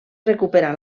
recuperà